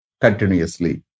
continuously